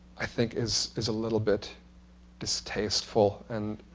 i think is is a little bit distasteful. and